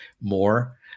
more